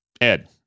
Ed